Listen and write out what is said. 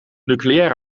nucleaire